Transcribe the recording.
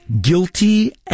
guilty